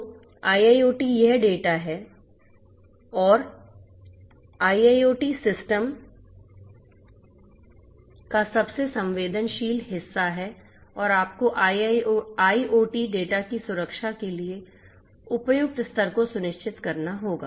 तो IIoT यह data है और यह IIoT सिस्टम का सबसे संवेदनशील हिस्सा है और आपको IOT डेटा की सुरक्षा के उपयुक्त स्तर को सुनिश्चित करना होगा